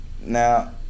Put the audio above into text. now